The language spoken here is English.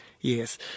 yes